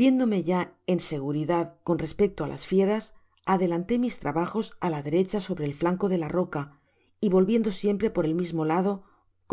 viéndome ya en seguridad con respecto á las ñeras adelanté mis trabajos á la derecha sobre el flanco de la roca y volviendo siempre por el mismo lado